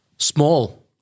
Small